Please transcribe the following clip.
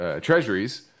treasuries